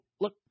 look